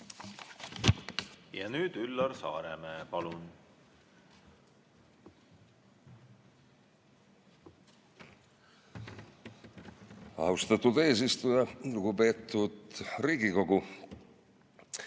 Ja nüüd Üllar Saaremäe. Palun! Austatud eesistuja! Lugupeetud Riigikogu!